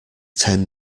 ten